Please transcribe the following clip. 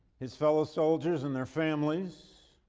his fellow soldiers, and their families